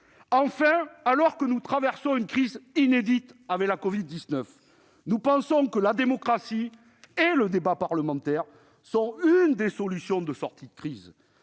Enfin, alors que nous traversons une crise inédite, avec la covid-19, nous pensons que la démocratie et le débat parlementaire sont une des solutions de la sortie de crise,